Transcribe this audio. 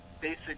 basic